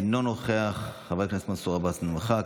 אינו נוכח, חבר הכנסת מנסור עבאס, נמחק.